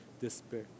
despair